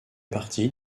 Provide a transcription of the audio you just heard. partie